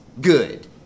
good